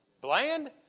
Bland